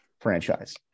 franchise